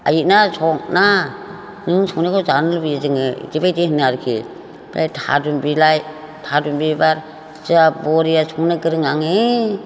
आइया संना नों संनायखौ जानो लुबैयो जोंङो बेबायदि बुङो आरोखि ओमफ्राय थारुन बिलाय थारुन बिबार जा बरिया संनो गोरों आंङो